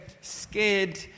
scared